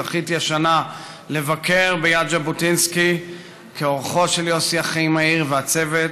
זכיתי השנה לבקר ביד ז'בוטינסקי כאורחם של יוסי אחימאיר והצוות.